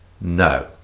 no